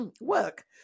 Work